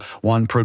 one